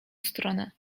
stronę